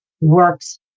works